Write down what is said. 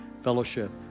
fellowship